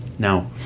Now